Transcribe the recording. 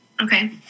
Okay